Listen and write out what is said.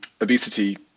obesity